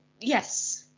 yes